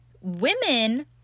women